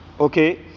Okay